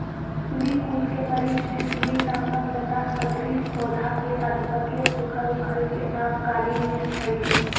पिप्पली कुल के मरिचपिप्पली नामक लता सदृश पौधा के अधपके सुखल फल के नाम काली मिर्च हई